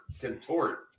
contort